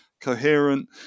coherent